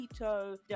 keto